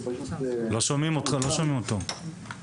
מצד אחד אנחנו אומת הסטרטאפ וכשזה מגיע לטכנולוגיות אנחנו במקום הראשון.